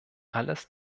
alles